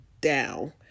down